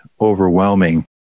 overwhelming